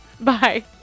Bye